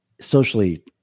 socially